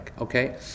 Okay